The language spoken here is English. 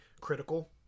critical